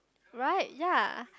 right ya